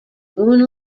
boon